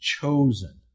chosen